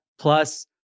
plus